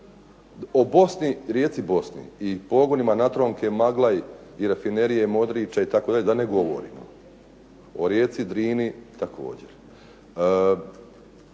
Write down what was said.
rijeci Bosni i pogonima … Maglaj i rafinerije Modriče itd., da ne govorimo. O rijeci Drini također.